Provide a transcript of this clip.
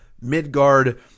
Midgard